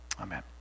Amen